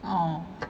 orh